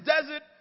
desert